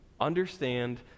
Understand